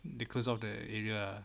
they close off the area ah